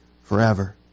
forever